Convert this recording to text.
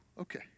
Okay